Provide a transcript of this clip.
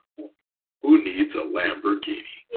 who needs a lamborghini